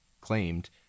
claimed